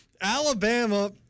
Alabama